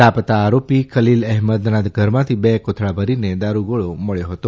લાપતા આરોપી ખલીલ અહેમદના ઘરમાંથી બે કોથળા ભરીને દારૂગોળો મબ્યો હતો